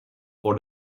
for